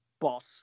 boss